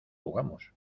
jugamos